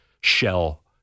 shell